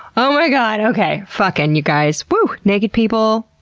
oh my god, okay. fucking, you guys. woo! naked people.